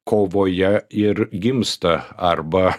kovoje ir gimsta arba